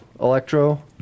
electro